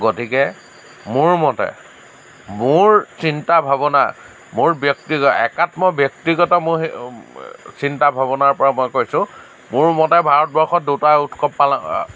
গতিকে মোৰ মতে মোৰ চিন্তা ভাৱনা মোৰ ব্যক্তি একাত্ম ব্যক্তিগত মোৰ চিন্তা ভাৱনাৰ পৰা মই কৈছোঁ মোৰ মতে ভাৰতবৰ্ষত দুটাই উৎসৱ পালন